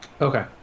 Okay